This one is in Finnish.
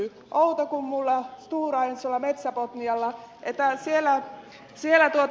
outokummulla stora ensolla metsä botnialla että siellä asiat ovat